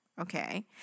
Okay